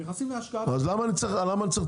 הם נכנסים להשקעה --- אז למה אני צריך תיווך?